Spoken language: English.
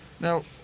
Now